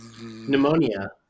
Pneumonia